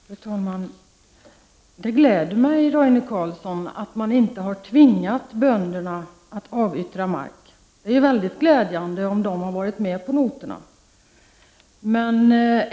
Fru talman! Det gläder mig, Roine Carlsson, att man inte har tvingat bönderna att avyttra mark. Det är mycket glädjande om de har varit med på noterna.